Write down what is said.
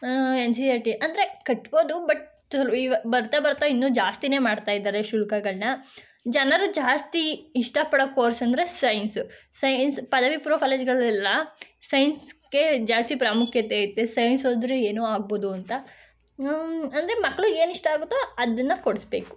N C R T ಅಂದರೆ ಕಟ್ಬೋದು but ಇವಾಗ ಬರ್ತಾ ಬರ್ತಾ ಇನ್ನೂ ಜಾಸ್ತಿನೇ ಮಾಡ್ತಾ ಇದ್ದಾರೆ ಶುಲ್ಕಗಳನ್ನ ಜನರು ಜಾಸ್ತಿ ಇಷ್ಟಪಡೋ ಕೋರ್ಸ್ ಅಂದರೆ ಸೈನ್ಸು ಸೈನ್ಸ್ ಪದವಿ ಪೂರ್ವ ಕಾಲೇಜುಗಳಲ್ಲೆಲ್ಲ ಸೈನ್ಸ್ಗೆ ಜಾಸ್ತಿ ಪ್ರಾಮುಖ್ಯತೆ ಐತೆ ಸೈನ್ಸ್ ಓದಿದ್ರೆ ಏನೋ ಆಗ್ಬೋದು ಅಂತ ಅಂದರೆ ಮಕ್ಳಿಗ್ ಏನು ಇಷ್ಟ ಆಗುತ್ತೋ ಅದನ್ನ ಕೊಡಿಸ್ಬೇಕು